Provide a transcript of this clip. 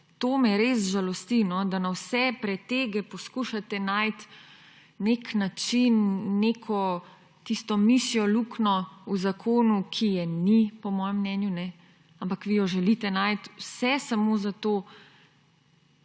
To me res žalosti – da na vse pretege poskušate najti nek način, neko mišjo luknjo v zakonu, ki je ni, po mojem mnenju, ampak vi jo želite najti. Vse samo zato,